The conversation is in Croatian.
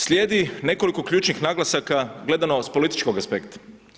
Slijedi nekoliko ključnih naglasaka gledano s političkog aspekta.